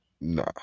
Nah